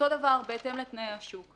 אותו דבר בהתאם לתנאי השוק.